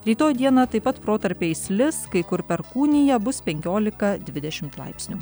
rytoj dieną taip pat protarpiais lis kai kur perkūnija bus penkiolika dvidešimt laipsnių